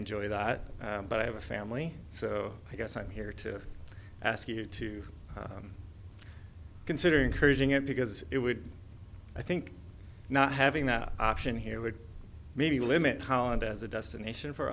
enjoy that but i have a family so i guess i'm here to ask you to consider encouraging it because it would i think not having that option here would maybe limit holland as a destination for